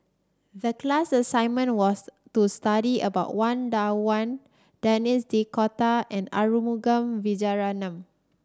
the class assignment was to study about Wang Dayuan Denis D'Cotta and Arumugam Vijiaratnam